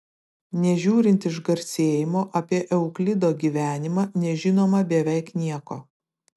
nežiūrint išgarsėjimo apie euklido gyvenimą nežinoma beveik nieko